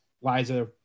Liza